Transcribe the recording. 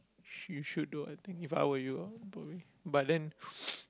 you should do I think If I were you I would probably but then